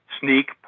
sneak